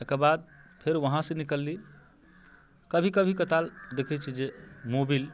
ताहिके बाद फेर वहाँसँ निकलली कभी कभी कताल देखै छी जे मोबिल